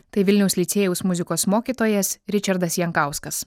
tai vilniaus licėjaus muzikos mokytojas ričardas jankauskas